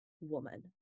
woman